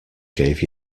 gave